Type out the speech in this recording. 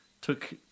took